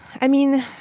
i mean,